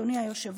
אדוני היושב-ראש,